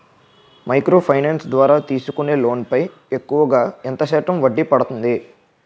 Micro finance ద్వారా తీసుకునే loan పై ఎక్కువుగా ఎంత శాతం వడ్డీ పడుతుంది?